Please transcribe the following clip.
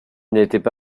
n’étaient